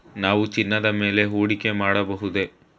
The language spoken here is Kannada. ನಾವು ಚಿನ್ನದ ಮೇಲೆ ಹೂಡಿಕೆ ಮಾಡಬಹುದೇ?